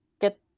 get